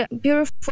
beautiful